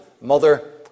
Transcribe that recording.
mother